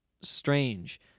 strange